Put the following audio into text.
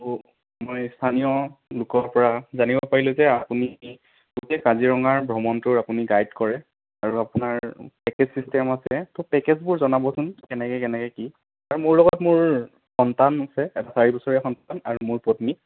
অঁ মই স্থানীয় লোকৰপৰা জানিব পাৰিলোঁ যে আপুনি গোটেই কাজিৰঙাৰ ভ্ৰমনটোৰ আপুনি গাইড কৰে আৰু আপোনাৰ পেকেজ চিষ্টেম আছে ত' পেকেজবোৰ জনাবচোন কেনেকে কেনেকে কি আৰু মোৰ লগত মোৰ সন্তান আছে এটা চাৰি বছৰীয়া সন্তান আৰু মোৰ পত্নী